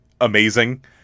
amazing